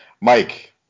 mike